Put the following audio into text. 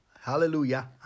Hallelujah